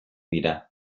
dira